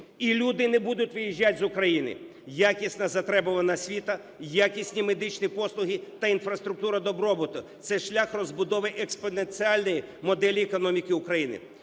і люди не будуть виїжджати з України: якісна затребувана освіта, якісні медичні послуга та інфраструктура добробуту – це шлях розбудови експоненціальної моделі економіки України.